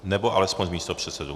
Nebo alespoň místopředsedů.